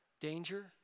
danger